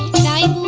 nine